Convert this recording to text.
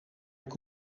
mijn